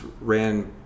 ran